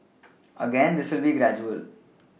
again this will be gradual